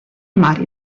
mar